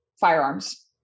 firearms